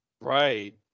Right